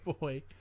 boy